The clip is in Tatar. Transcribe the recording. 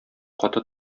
каты